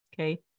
Okay